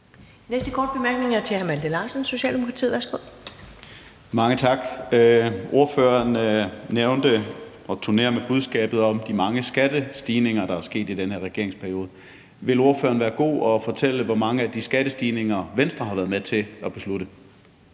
Næste korte bemærkning er til hr. Malte Larsen, Socialdemokratiet. Værsgo. Kl. 21:49 Malte Larsen (S): Mange tak. Ordføreren nævnte og turnerer med budskabet om de mange skattestigninger, der er sket i den her regerings periode. Vil ordføreren være god at fortælle, hvor mange af de skattestigninger Venstre har været med til at beslutte?